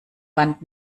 wand